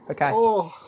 Okay